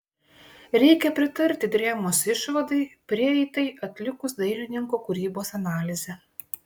reikia pritarti drėmos išvadai prieitai atlikus dailininko kūrybos analizę